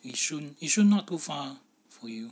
yishun yishun not too far for you